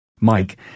Mike